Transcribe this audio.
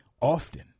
often